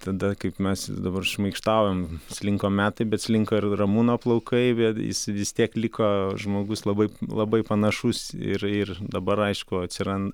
tada kaip mes dabar šmaikštaujam slinko metai bet slinko ir ramūno plaukai vėl jis vis tiek liko žmogus labai labai panašus ir ir dabar aišku atsiran